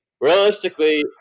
realistically